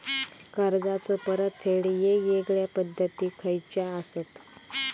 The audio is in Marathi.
कर्जाचो परतफेड येगयेगल्या पद्धती खयच्या असात?